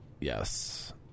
Yes